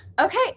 Okay